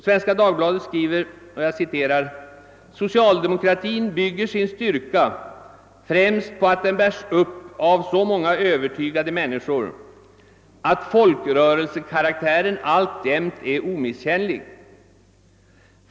Svenska Dagbladet skriver bl.a. följande: »Socialdemokratin bygger sin styrka främst på att den bärs upp av så många övertygade människor, att folkrörelsekaraktären alltjämt är omisskännlig.